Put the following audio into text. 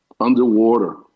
underwater